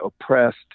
oppressed